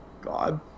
God